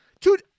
Dude